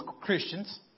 Christians